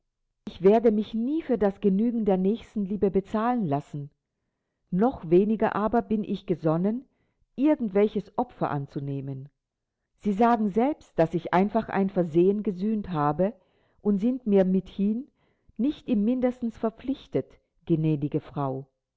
ich werde mich nie für das genügen der nächstenliebe bezahlen lassen noch weniger aber bin ich gesonnen irgend welches opfer anzunehmen sie sagen selbst daß ich einfach ein versehen gesühnt habe und sind mir mithin nicht im mindesten verpflichtet gnädige frau